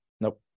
Nope